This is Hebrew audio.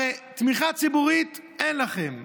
הרי תמיכה ציבורית אין לכם.